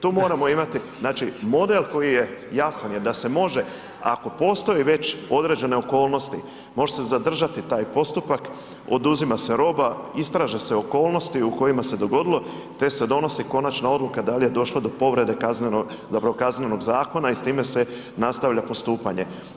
Tu moramo imati znači model koji je jasan jer da se može, ako postoji već određene okolnosti, može se zadržati taj postupak, oduzima se roba, istraže se okolnosti u kojima se dogodilo te se donosi konačna odluka da li je došlo do povrede kaznenog, zapravo Kaznenog zakona i s time se nastavlja postupanje.